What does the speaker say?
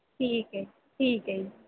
ਠੀਕ ਹੈ ਠੀਕ ਹੈ ਜੀ